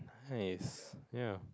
hiaz ya